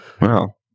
Wow